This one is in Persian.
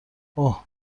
اوه